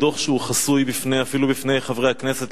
דוח שהוא חסוי אפילו בפני חברי הכנסת,